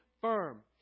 firm